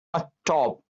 atop